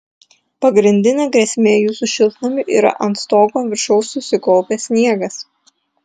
pagrindinė grėsmė jūsų šiltnamiui yra ant stogo viršaus susikaupęs sniegas